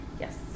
Yes